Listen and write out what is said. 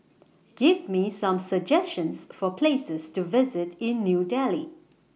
Give Me Some suggestions For Places to visit in New Delhi